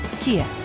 Kia